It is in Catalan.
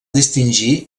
distingir